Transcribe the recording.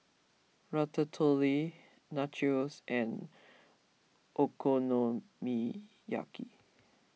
Ratatouille Nachos and Okonomiyaki